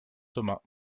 thomas